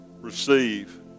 receive